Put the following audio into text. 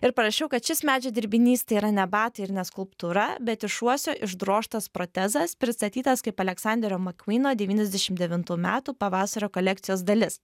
ir parašiau kad šis medžio dirbinys tai yra ne batai ir ne skulptūra bet iš uosio išdrožtas protezas pristatytas kaip aleksanderio makvyno devyniasdešim devintų metų pavasario kolekcijos dalis